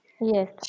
Yes